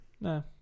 no